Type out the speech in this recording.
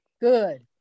good